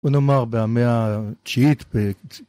בוא נאמר במאה התשיעית